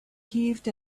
heaved